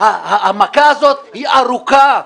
המכה הזאת היא ארוכה.